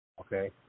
Okay